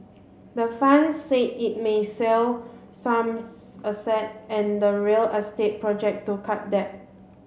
the fund said it may sell some assets and real estate project to cut debt